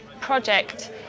project